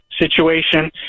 situation